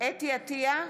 אתי עטייה,